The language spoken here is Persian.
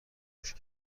رشد